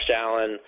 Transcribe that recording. Allen